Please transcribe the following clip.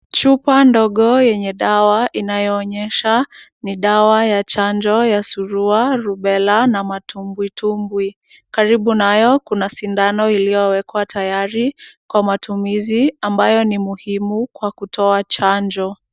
Chupa ndogo yenye dawa inayoonyesha ni dawa ya chanjo ya surua, rubela na matumbwitumbwi. Karibu nayo kuna sindano iliyowekwa tayari kwa matumizi, ambayo ni muhimu kwa kutoa chanjo.